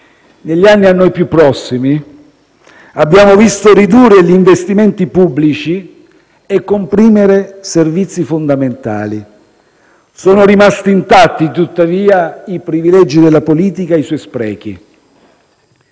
negli anni a noi più prossimi abbiamo visto ridurre gli investimenti pubblici e comprimere servizi fondamentali. Sono rimasti intatti, tuttavia, i privilegi della politica e i suoi sprechi.